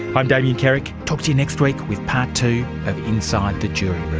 i'm damien carrick. talk to you next week with part two of inside the jury